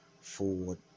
Ford